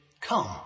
come